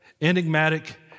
enigmatic